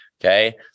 Okay